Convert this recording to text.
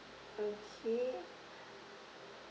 okay